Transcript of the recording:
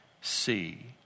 see